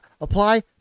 apply